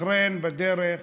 בחריין בדרך